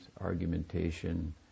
argumentation